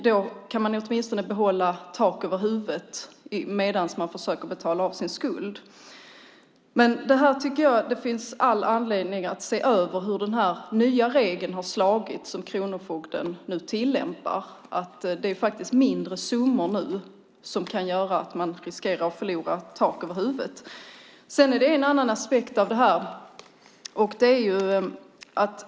Då kan man åtminstone behålla tak över huvudet medan man försöker betala av sin skuld. Jag tycker att det finns all anledning att se över hur den här nya regeln, som kronofogden nu tillämpar, har slagit. Det är faktiskt mindre summor nu som kan göra att man riskerar att förlora tak över huvudet. Sedan finns det en annan aspekt av det här.